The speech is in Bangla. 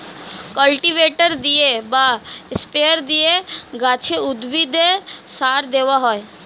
কাল্টিভেটর দিয়ে বা স্প্রে দিয়ে গাছে, উদ্ভিদে সার দেওয়া হয়